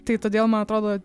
tai todėl man atrodo